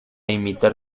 imitar